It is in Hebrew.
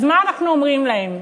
אז מה אנחנו אומרים להם?